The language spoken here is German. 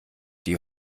die